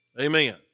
Amen